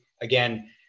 again